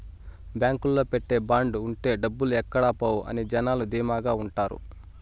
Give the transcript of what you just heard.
బాంకులో పెట్టే బాండ్ ఉంటే డబ్బులు ఎక్కడ పోవు అని జనాలు ధీమాగా ఉంటారు